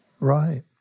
Right